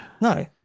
No